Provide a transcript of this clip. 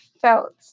felt